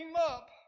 up